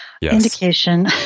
indication